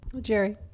Jerry